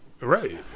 Right